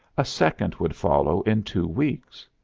a second would follow in two weeks.